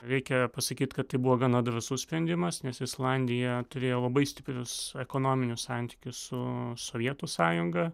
reikia pasakyt kad tai buvo gana drąsus sprendimas nes islandija turėjo labai stiprius ekonominius santykius su sovietų sąjunga